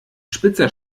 spitzer